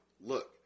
Look